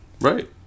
right